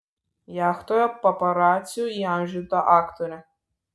jachtoje paparacių įamžinta aktorė